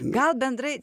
gal bendrai